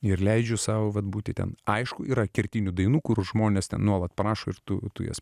ir leidžiu sau vat būti ten aišku yra kertinių dainų kur žmonės nuolat prašo ir tu tu jas